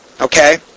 Okay